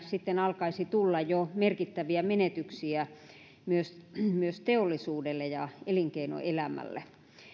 sitten alkaisi tulla jo merkittäviä menetyksiä myös teollisuudelle ja elinkeinoelämälle